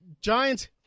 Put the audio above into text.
Giants